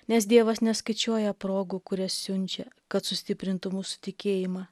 nes dievas neskaičiuoja progų kurias siunčia kad sustiprintų mūsų tikėjimą